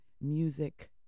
music